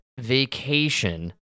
Vacation